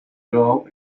girl